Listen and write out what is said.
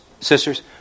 sisters